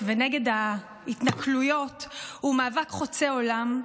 ונגד ההתנכלויות הוא מאבק חוצה עולם,